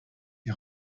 die